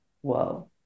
whoa